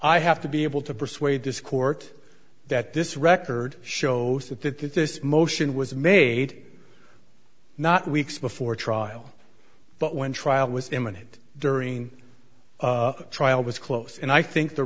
i have to be able to persuade this court that this record shows that that that this motion was made not weeks before trial but when trial was imminent during the trial was close and i think the